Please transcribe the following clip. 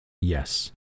yes